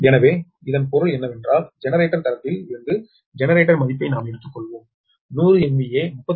எனவே இதன் பொருள் என்னவென்றால் ஜெனரேட்டர் தரப்பில் இருந்து ஜெனரேட்டர் மதிப்பீட்டை நாம் எடுத்துள்ளோம் 100 MVA 33 KV